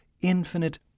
infinite